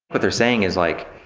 what they're saying is like,